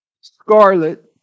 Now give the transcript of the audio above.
scarlet